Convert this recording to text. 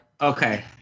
okay